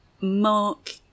mark